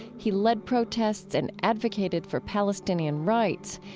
he led protests and advocated for palestinian rights.